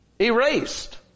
erased